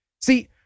See